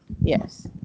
Yes